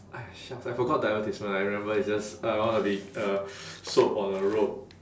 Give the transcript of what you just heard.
!hais! shucks I forgot the advertisement I remember it's just uh one of the uh soap on a rope